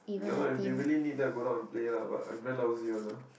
ya lah if they really need then I'll go down and play lah but I very lousy one ah